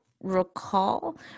recall